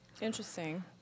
Interesting